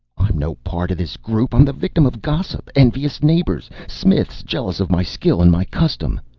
i'm no part of this group! i'm the victim of gossip, envious neighbors, smiths jealous of my skill and my custom!